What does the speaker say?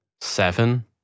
seven